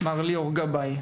מר ליאור גבאי,